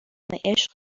عشق